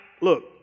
look